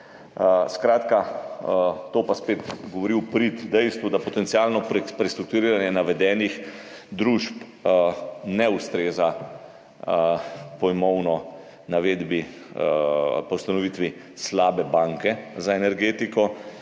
Skratka, to pa spet govori v prid dejstvu, da potencialno prestrukturiranje navedenih družb ne ustreza pojmovno navedbi po ustanovitvi slabe banke za energetiko,